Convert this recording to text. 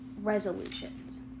Resolutions